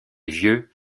vieux